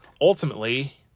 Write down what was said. ultimately